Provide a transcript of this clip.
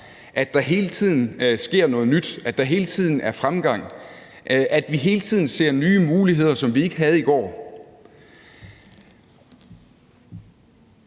at der hele tiden sker noget nyt, at der hele tiden er fremgang, at vi hele tiden ser nye muligheder, som vi ikke havde i går.